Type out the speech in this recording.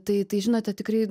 tai tai žinote tikrai